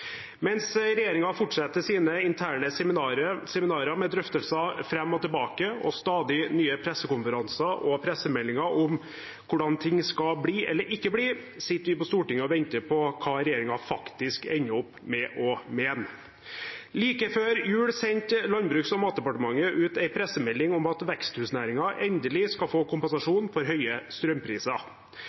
Mens regjeringen fortsetter sine interne seminarer med drøftelser fram og tilbake og stadig nye pressekonferanser og pressemeldinger om hvordan ting skal bli eller ikke bli, sitter vi på Stortinget og venter på hva regjeringen faktisk ender opp med å mene. Like før jul sendte Landbruks- og matdepartementet ut en pressemelding om at veksthusnæringen endelig skal få kompensasjon for høye strømpriser.